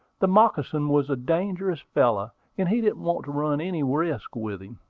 the moccasin was a dangerous fellow, and he didn't want to run any risks with him.